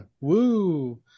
Woo